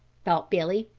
thought billy,